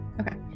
Okay